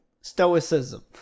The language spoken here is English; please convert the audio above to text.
Stoicism